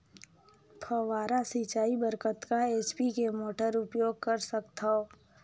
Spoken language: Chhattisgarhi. फव्वारा सिंचाई बर कतका एच.पी के मोटर उपयोग कर सकथव?